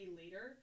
later